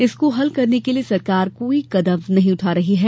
इसको हल करने के लिये सरकार कोई कदम नहीं उठा रही है